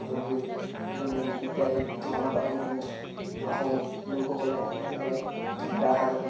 ঢোলবিৰি জোনবিৰি ইত্যাদি গহনা পাতিসমূহ আহোম লোকসকলে পিন্ধে পিন্ধা দেখা যায়